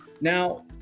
now